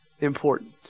important